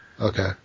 Okay